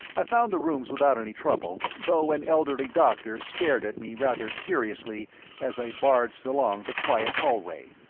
i found the rooms without any trouble, though an elderly doctor stared at me rather curiously as i barged along the quiet hallway.